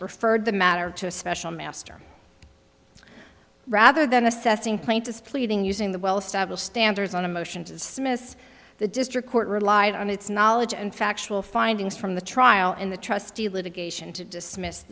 referred the matter to a special master rather than assessing plaintiffs pleading using the well established standards on a motion to dismiss the district court relied on its knowledge and factual findings from the trial in the trustee litigation to dismiss